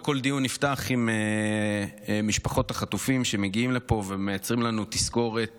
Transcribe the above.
וכל דיון נפתח עם משפחות החטופים שמגיעות לפה ומייצרות לנו תזכורת